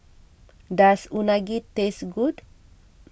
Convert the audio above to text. does Unagi taste good